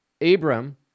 Abram